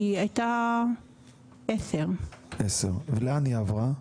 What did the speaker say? היא הייתה 10. ולאן היא עברה?